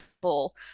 ball